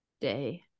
day